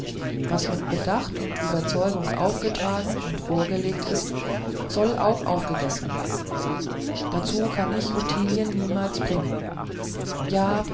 was mit bedacht und überzeugung aufgetragen und vorgelegt ist soll auch aufgegessen werden dazu kann ich ottilien niemals bringen ja